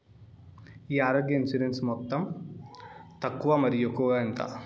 ఈ ఆరోగ్య ఇన్సూరెన్సు మొత్తం తక్కువ మరియు ఎక్కువగా ఎంత?